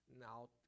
now